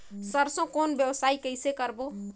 सरसो कौन व्यवसाय कइसे करबो?